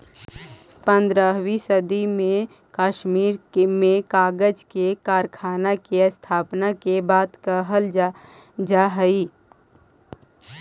पँद्रहवीं सदी में कश्मीर में कागज के कारखाना के स्थापना के बात कहल जा हई